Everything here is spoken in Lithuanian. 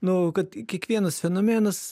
nu kad kiekvienas fenomenas